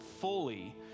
fully